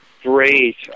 great